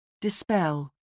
Dispel